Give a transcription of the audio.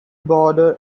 border